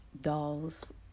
dolls